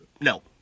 no